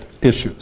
issues